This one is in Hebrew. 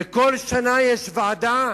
וכל שנה יש ועדה,